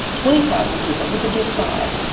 twenty thousand people who could do five.